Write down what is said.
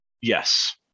yes